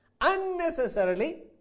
Unnecessarily